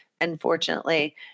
unfortunately